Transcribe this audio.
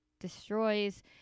destroys